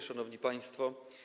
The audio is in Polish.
Szanowni Państwo!